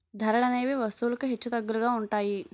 ధరలనేవి వస్తువులకు హెచ్చుతగ్గులుగా ఉంటాయి